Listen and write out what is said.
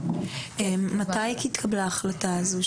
מתי התקבלה ההחלטה הזו,